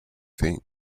thing